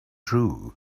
true